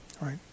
Right